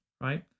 right